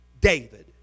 David